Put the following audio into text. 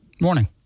Morning